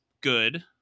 good